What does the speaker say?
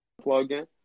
plug-in